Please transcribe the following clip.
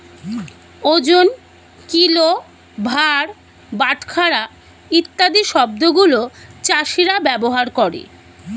ওজন, কিলো, ভার, বাটখারা ইত্যাদি শব্দ গুলো চাষীরা ব্যবহার করে